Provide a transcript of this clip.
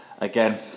again